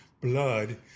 blood